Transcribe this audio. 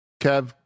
Kev